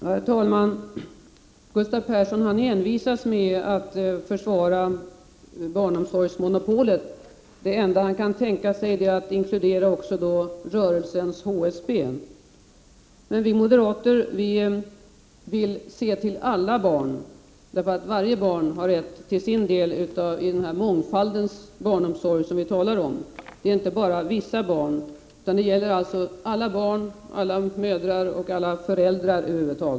Herr talman! Gustav Persson envisas med att försvara barnomsorgsmonopolet. Det enda han kan tänka sig är att inkludera den socialdemokratiska rörelsens HSB. Vi moderater vill emellertid se till alla barns behov, och varje barn har rätt till sin del i den mångfaldens barnomsorg som vi talar om. Det är inte bara vissa barn som har rätt till den. Det gäller alla barn och deras föräldrar.